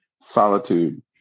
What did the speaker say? Solitude